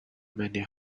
many